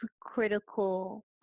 critical